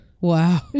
wow